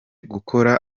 gukora